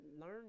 learn